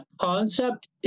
concept